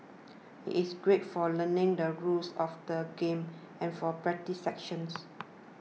it is great for learning the rules of the game and for practice sessions